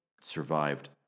survived